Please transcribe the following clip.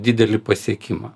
didelį pasiekimą